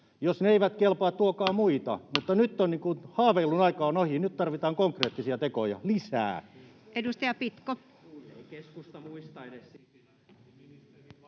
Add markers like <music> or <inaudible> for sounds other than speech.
Jos ne eivät kelpaa, tuokaa muita, <noise> mutta nyt haaveilun aika on ohi. Nyt tarvitaan konkreettisia tekoja lisää.